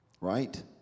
right